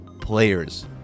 players